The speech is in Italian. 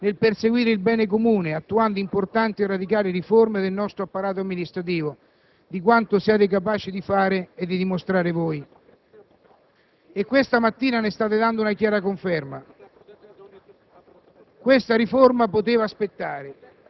lealtà verso gli italiani e vero interesse nel perseguire il bene comune, attuando importanti e radicali riforme del nostro apparato amministrativo di quanto siate capaci di fare e dimostrare voi. E questa mattina ne state dando una chiara conferma.